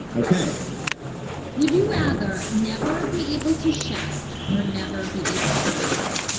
ok would you rather never be able to shout or never be able to whisper?